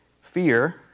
fear